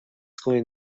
کنین